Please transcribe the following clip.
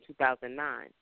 2009